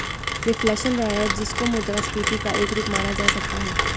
reflation वह है जिसको मुद्रास्फीति का एक रूप माना जा सकता है